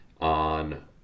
on